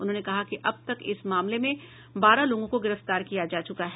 उन्होंने कहा कि अब तक इस मामले में बारह लोगों को गिरफ्तार किया जा चूका है